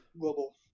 global